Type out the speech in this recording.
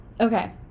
Okay